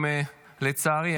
לצערי,